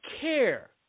care